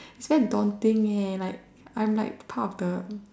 its just daunting eh like I am like part of the